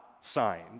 signed